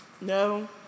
No